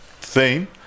theme